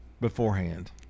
beforehand